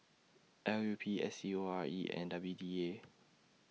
L U P S C O R E and W D A